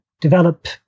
develop